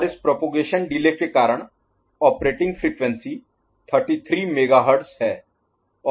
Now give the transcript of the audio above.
और इस propagation delay के कारण ऑपरेटिंग फ्रीक्वेंसी 33 मेगाहर्ट्ज़ है